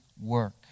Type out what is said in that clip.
work